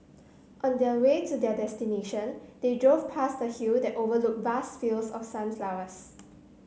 on the a way to their destination they drove past a hill that overlook vast fields of sunflowers